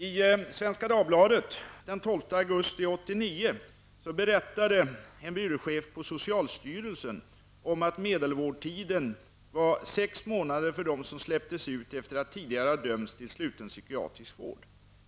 I Svenska Dagbladet den 12 augusti 1989 berättade en byråchef på socialstyrelsen att medelvårdtiden var sex månader för dem som släpptes ut efter att tidigare ha dömts till sluten psykiatrisk vård.